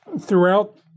throughout